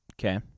Okay